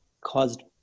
caused